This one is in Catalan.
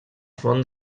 font